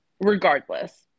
regardless